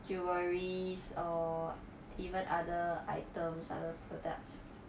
jewelleries or even other items other products